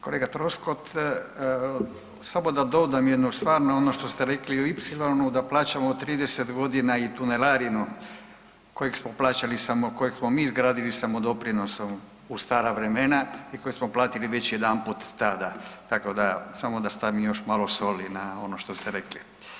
Kolega Troskot, slobodno dodam jednu stvarno ono što ste rekli u Ipsilonu da plaćamo u 30.g. i tunelarinu kojeg smo plaćali samo, kojeg smo mi izgradili samodoprinosom u stara vremena i koje smo platili već jedanput tada, tako da samo da stavim još malo soli na ono što ste rekli.